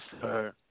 sir